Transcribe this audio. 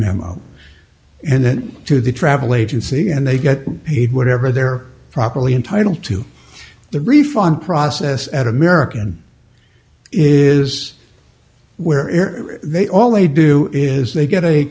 memo and then to the travel agency and they get paid whatever they're properly entitled to the refund process at american is where they all they do is they get a